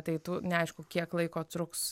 tai tų neaišku kiek laiko truks